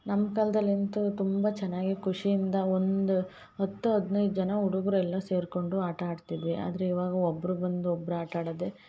ನಮ್ಮ ಕಾಲ್ದಲ್ಲಿ ಅಂತು ತುಂಬ ಚೆನ್ನಾಗಿ ಖುಷಿಯಿಂದ ಒಂದು ಹತ್ತು ಹದಿನೈದು ಜನ ಹುಡುಗರು ಎಲ್ಲ ಸೇರ್ಕೊಂಡು ಆಟ ಆಡ್ತಿದ್ವಿ ಆದರೆ ಇವಾಗ ಒಬ್ಬರೂ ಬಂದು ಒಬ್ಬರೂ ಆಟ ಆಡದೇ